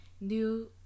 New